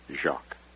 Jacques